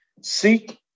Seek